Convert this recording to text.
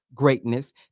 greatness